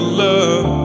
love